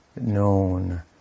known